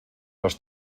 los